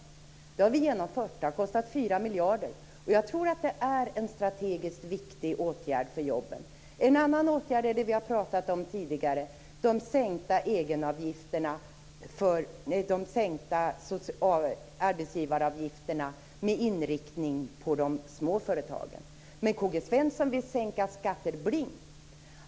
Detta har vi genomfört. Det har kostat 4 miljarder kronor. Jag tror att det är en strategisk viktig åtgärd för jobben. En annan åtgärd är den som vi har pratat om tidigare - de sänkta arbetsgivaravgifterna med inriktning på de små företagen. Men K-G Svenson vill sänka skatter blint.